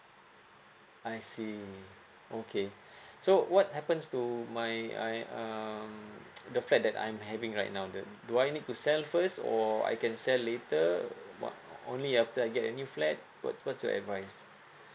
I see okay so what happens to my my um the flat that I'm having right now then do I need to sell first or I can sell later only after I get a new flat what's what's your advise